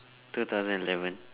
two thousand eleven